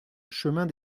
chemin